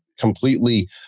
completely